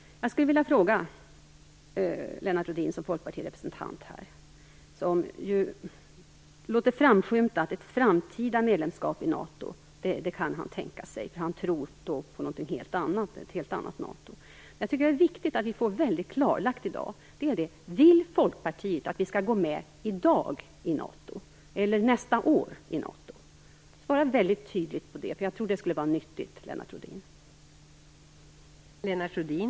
Lennart Rohdin, som ju låter framskymta att han kan tänka sig ett framtida medlemskap i ett helt nytt NATO: Vill Folkpartiet att vi skall gå med i dag eller nästa år i NATO? Jag tycker att det är viktigt att vi får det klarlagt i dag. Svara väldigt tydligt på detta, för jag tror att det skulle vara nyttigt, Lennart Rohdin!